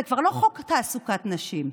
זה כבר לא חוק תעסוקת נשים,